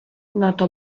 nato